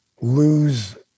lose